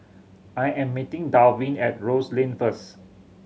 I am meeting Dalvin at Rose Lane first